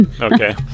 okay